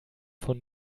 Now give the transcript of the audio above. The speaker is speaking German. von